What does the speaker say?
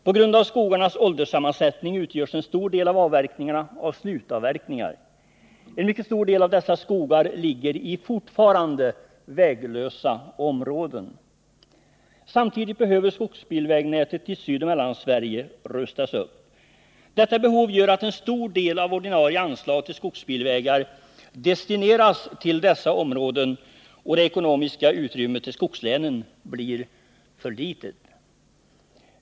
På grund av skogarnas ålderssammansättning utgörs en stor del av avverkningarna av slutavverkningar. En mycket stor del av dessa skogar ligger i fortfarande väglösa områden. Samtidigt behöver skogsbilvägnätet i Sydoch Mellansverige rustas upp. Detta behov gör att en stor del av ordinarie anslag till skogsbilvägar destineras till dessa områden och att det ekonomiska utrymmet för skogslänen blir för litet.